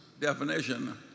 definition